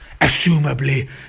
Assumably